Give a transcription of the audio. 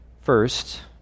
First